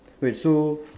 wait so